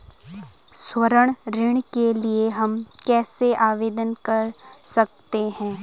स्वर्ण ऋण के लिए हम कैसे आवेदन कर सकते हैं?